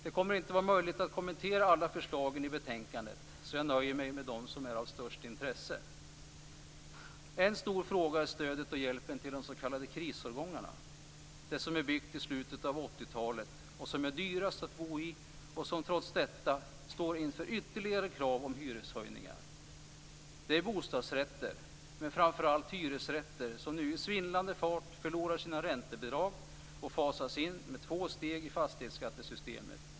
Det kommer inte att vara möjligt att kommentera alla förslagen i betänkandet, så jag nöjer mig med dem som är av störst intresse. En stor fråga är stödet och hjälpen till de s.k. krisårgångarna - det som är byggt i slutet av 80-talet, som är dyrast att bo i och som trots detta står inför ytterligare krav om hyreshöjningar. Det är bostadsrätter men framför allt hyresrätter som nu i svindlande fart förlorar sina räntebidrag och fasas in med två steg i fastighetsskattesystemet.